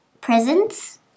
presents